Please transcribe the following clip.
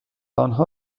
آنها